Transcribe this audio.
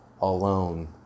alone